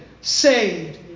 saved